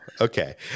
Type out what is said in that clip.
Okay